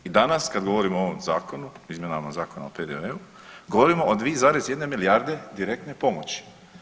I danas kad govorimo o ovom zakonu, izmjenama Zakona o PDV-u govorimo o 2,1 milijarde direktne pomoći.